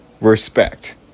respect